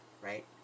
Right